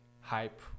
hype